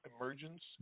emergence